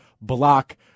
block